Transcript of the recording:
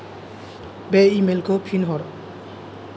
बे इमेलखौ फिन हर